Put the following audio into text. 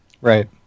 Right